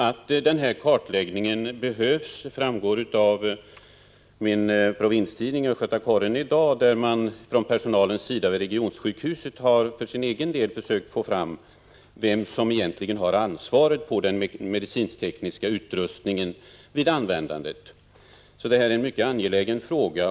Att en kartläggning behövs framgår av min provinstidning Östgöta Correspondenten, som i dag berättar att personalen vid regionsjukhuset har försökt få fram vem som egentligen har ansvaret vid användandet av medicinteknisk utrustning. Det här är en mycket angelägen fråga.